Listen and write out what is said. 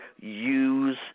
use